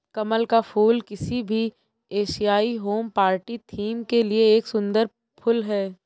कमल का फूल किसी भी एशियाई होम पार्टी थीम के लिए एक सुंदर फुल है